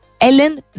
Ellen